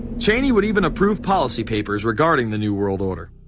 cheney would even approve policy papers regarding the new world order.